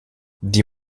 die